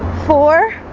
four